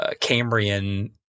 Cambrian